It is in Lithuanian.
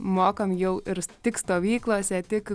mokom jau ir tik stovyklose tik